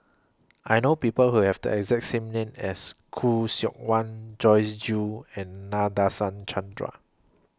I know People Who Have The exact same name as Khoo Seok Wan Joyce Jue and Nadasen Chandra